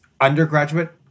undergraduate